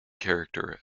character